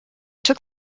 took